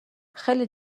خیلی